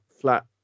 Flat